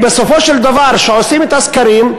בסופו של דבר כשעושים את הסקרים,